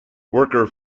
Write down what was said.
worker